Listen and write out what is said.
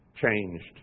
changed